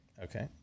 Okay